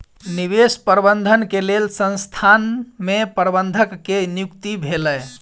निवेश प्रबंधन के लेल संसथान में प्रबंधक के नियुक्ति भेलै